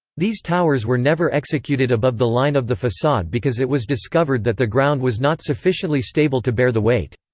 these towers were never executed above the line of the facade because it was discovered that the ground was not sufficiently stable to bear the weight.